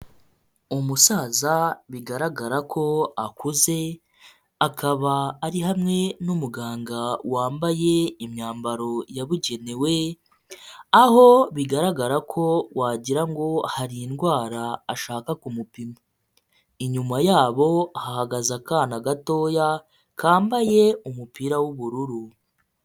Umusaza bigaragara ko akuze, akaba ari hamwe n'umuganga wambaye imyambaro yabugenewe, aho bigaragara ko wagirango ngo hari indwara ashaka kumupima, inyuma yabo ahagaze akana gatoya kambaye umupira w'ubururu.